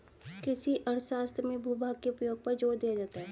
कृषि अर्थशास्त्र में भूभाग के उपयोग पर जोर दिया जाता है